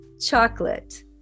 chocolate